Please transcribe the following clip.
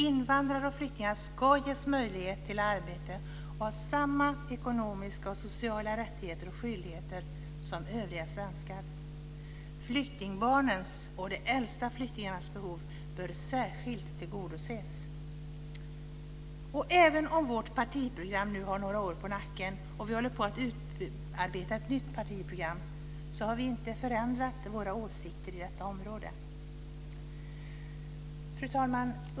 Invandrare och flyktingar ska ges möjlighet till arbete och ha samma ekonomiska och sociala rättigheter och skyldigheter som övriga svenskar. Flyktingbarnens och de äldsta flyktingarnas behov bör särskilt tillgodoses." Även om vårt partiprogram nu har några år på nacken och vi håller på att utarbeta ett nytt partiprogram har vi inte förändrat våra åsikter inom detta område. Fru talman!